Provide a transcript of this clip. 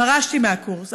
פרשתי מהקורס,